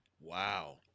Wow